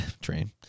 train